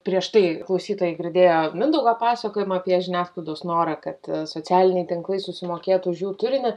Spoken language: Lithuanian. prieš tai klausytojai girdėjo mindaugo pasakojimą apie žiniasklaidos norą kad socialiniai tinklai susimokėtų už jų turinį